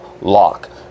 lock